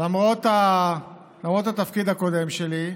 למרות התפקיד הקודם שלי,